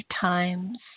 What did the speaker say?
times